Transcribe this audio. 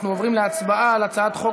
אנחנו עוברים להצבעה על הצעת חוק